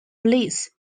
bliss